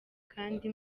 kandi